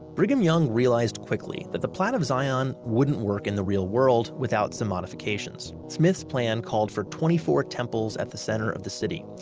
brigham young realized quickly that the plat of zion wouldn't work in the real world without some modifications. smith's plan called for twenty four temples at the center of the city.